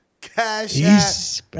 Cash